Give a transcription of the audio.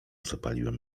zapaliłem